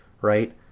right